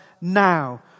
now